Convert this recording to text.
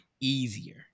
easier